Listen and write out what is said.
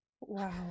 wow